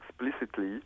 explicitly